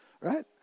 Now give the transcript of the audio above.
right